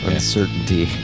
Uncertainty